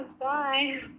Bye